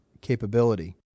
capability